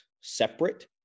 separate